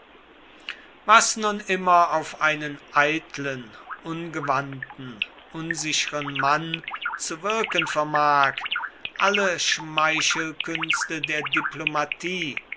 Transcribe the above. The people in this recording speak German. was nur immer auf einen eitlen ungewandten unsicheren mann zu wirken vermag alle schmeichelkünste der diplomatie